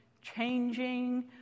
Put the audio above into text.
changing